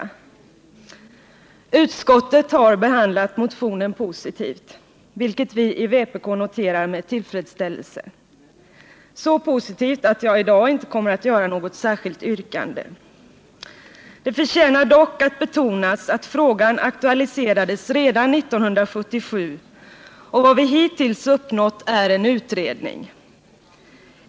Utskottet har behandlat motionen positivt, vilket vi i vpk noterar med tillfredsställelse — så positivt att jag i dag inte kommer att ställa något särskilt yrkande. Det förtjänar dock att betonas att frågan aktualiserades redan 1977 och att vad vi hittills uppnått är en utredning.